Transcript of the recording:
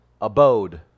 abode